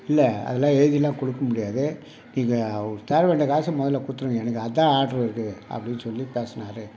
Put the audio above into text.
இல்லை அதலாம் எழுதிலாம் கொடுக்க முடியாது இதை அவருக்கு சேரவேண்டிய காசை முதலில் கொடுத்துடுங்க எனக்கு அதான் ஆர்ட்ரு வருது அப்படீனு சொல்லி பேசினாரு